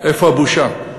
איפה הבושה?